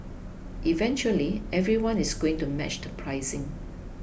eventually everyone is going to match the pricing